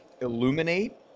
illuminate